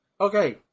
Okay